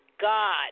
God